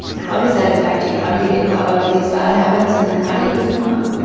how does that affect you? how do you get caught up in these bad habits? and, then, how do you give them up?